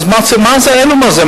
אז מה זה האיום הזה,